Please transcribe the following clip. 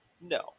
No